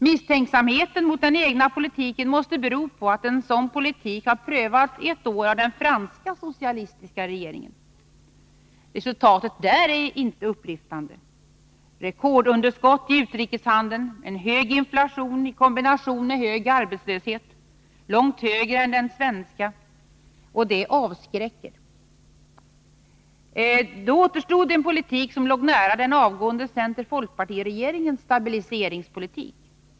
Misstänksamheten mot den egna politiken måste bero på att en sådan politik har prövats ett år av den franska socialistiska regeringen. Resultatet där är inte upplyftande. Rekordunderskott i utrikeshandeln och en hög inflation i kombination med en hög arbetslöshet, långt högre än den svenska, avskräcker. Återstod då en politik som låg nära den avgående center-folkpartiregeringens stabiliseringspolitik.